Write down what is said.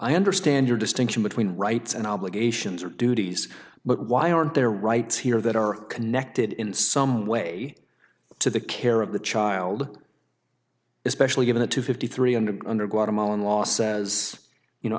i understand your distinction between rights and obligations or duties but why aren't there rights here that are connected in some way to the care of the child especially given to fifty three and under god i'm all in law says you know